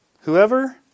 Whoever